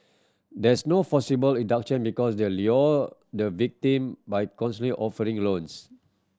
there's no forcible abduction because they are lure the victim by offering loans